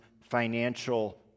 financial